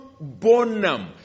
bonum